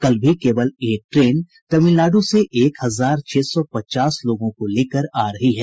कल भी केवल एक ट्रेन तमिलनाडु से एक हजार छह सौ पचास लोगों को लेकर आ रही है